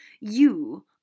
You